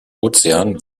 ozean